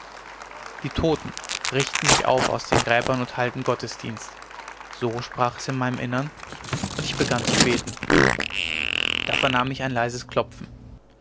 die toten richten sich auf aus den gräbern und halten gottesdienst so sprach es in meinem innern und ich begann zu beten da vernahm ich ein leises klopfen